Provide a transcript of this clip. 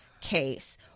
case